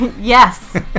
Yes